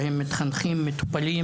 בהם מתחנכים מטופלים,